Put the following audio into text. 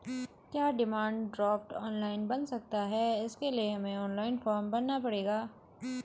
क्या demand draft online बन सकता है इसके लिए हमें ऑनलाइन फॉर्म भरना पड़ेगा?